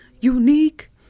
Unique